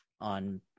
on